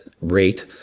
rate